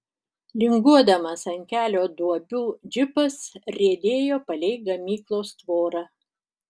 linguodamas ant kelio duobių džipas riedėjo palei gamyklos tvorą